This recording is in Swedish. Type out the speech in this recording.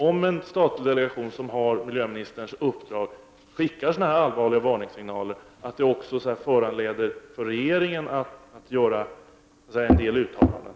Om en statlig delegation, som har miljöministerns uppdrag, skickar sådana allvarliga varningssignaler, föranleder inte det regeringen att göra en del uttalanden?